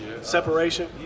Separation